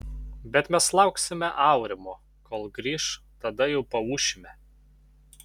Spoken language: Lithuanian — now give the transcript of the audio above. bet mes lauksime aurimo kol grįš tada jau paūšime